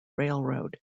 railroad